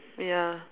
ya